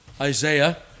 Isaiah